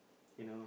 you know